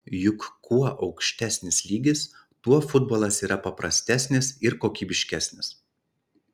juk kuo aukštesnis lygis tuo futbolas yra paprastesnis ir kokybiškesnis